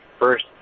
first